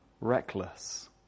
reckless